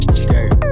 skirt